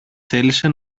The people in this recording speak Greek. θέλησε